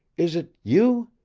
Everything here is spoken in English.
is it you?